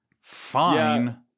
fine